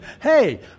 hey